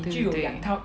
对对对